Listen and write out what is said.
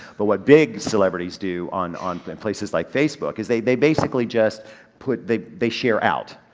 but what big celebrities do on, on places like facebook is they they basically just put, they they share out.